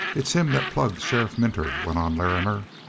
it's him that plugged sheriff minter, went on larrimer.